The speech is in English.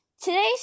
Today's